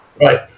right